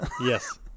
yes